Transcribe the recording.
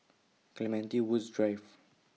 Clementi Woods Drive